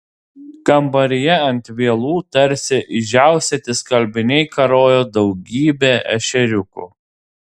kambaryje ant vielų tarsi išdžiaustyti skalbiniai karojo daugybė ešeriukų